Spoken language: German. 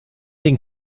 den